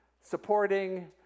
supporting